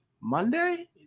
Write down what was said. monday